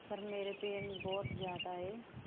sir ਮੇਰੇ pain ਬਹੁਤ ਜ਼ਿਆਦਾ ਹੈ